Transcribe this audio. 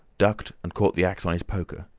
ducked, and caught the axe on his poker.